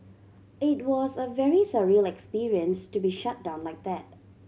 it was a very surreal experience to be shut down like that